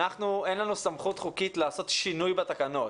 אין לנו סמכות חוקית לעשות שינוי בתקנות,